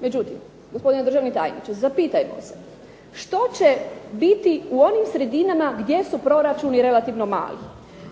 Međutim, gospodine državni tajniče zapitajmo se, što će biti u onim sredinama gdje su proračuni relativno mali?